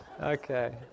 okay